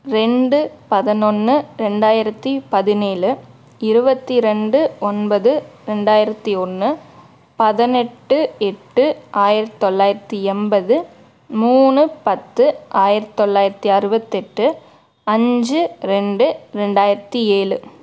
ரெண்டு பதினொன்னு ரெண்டாயிரத்தி பதினேழு இருபத்தி ரெண்டு ஒன்பது ரெண்டாயிரத்தி ஒன்று பதினெட்டு எட்டு ஆயிரத்தி தொள்ளாயிரத்தி எண்பது மூணு பத்து ஆயிரத்தி தொள்ளாயிரத்தி அறுபத்தெட்டு அஞ்சு ரெண்டு ரெண்டாயிரத்தி ஏழு